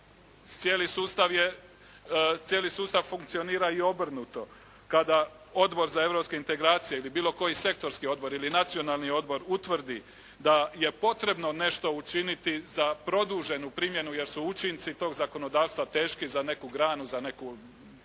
cijeli sustav funkcionira i obrnuto. Kada Odbor za europske integracije ili bilo koji sektorski odbor ili nacionalni odbor utvrdi da je potrebno nešto učiniti za produženu primjenu jer su učinci tog zakonodavstva teški za neku granu, za neku